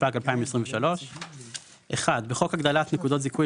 התשפ"ג-2023 תיקון סעיף 1.1. בחוק הגדלת נקודות זיכוי